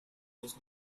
was